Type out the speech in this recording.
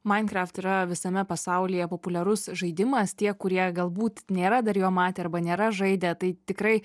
minecraft yra visame pasaulyje populiarus žaidimas tie kurie galbūt nėra dar jo matę arba nėra žaidę tai tikrai